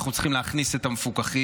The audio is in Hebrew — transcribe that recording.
אנחנו צריכים להכניס את המפוקחים,